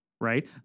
right